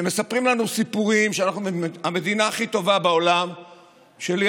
מספרים לנו סיפורים שאנחנו המדינה הכי טובה בעולם כשלידינו